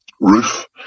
roof